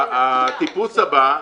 הטיפוס הבא,